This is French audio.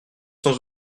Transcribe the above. sans